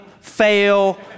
fail